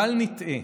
בל נטעה,